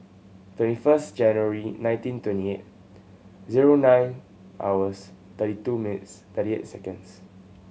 twenty first January nineteen twenty eight zero nine hours thirty two minutes thirty eight seconds